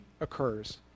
occurs